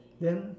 then